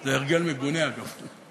זה הרגל מגונה, אגב.